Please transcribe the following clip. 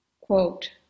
quote